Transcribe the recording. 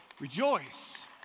rejoice